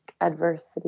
adversity –